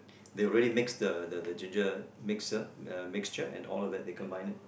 they really mix the the the ginger mixer mixture and all they combine